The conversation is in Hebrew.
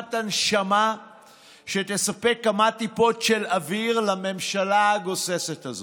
למכונת הנשמה שתספק כמה טיפות של אוויר לממשלה הגוססת הזו.